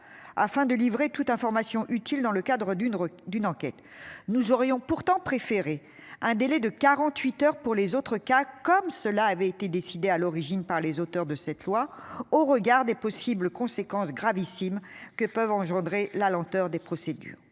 afin de livrer toute information utile dans le cadre d'une d'une enquête. Nous aurions pourtant préféré un délai de 48 heures pour les autres cas, comme cela avait été décidé à l'origine par les auteurs de cette loi au regard des possibles conséquences gravissimes que peuvent engendrer la lenteur des procédures